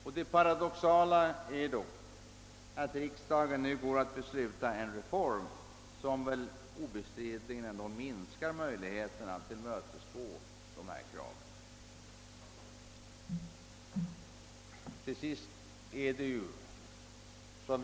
Då är det paradoxalt att riksdagen nu skall besluta om en reform som obestridligt minskar möjligheterna att tillmötesgå dessa krav.